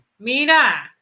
Mira